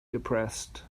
depressed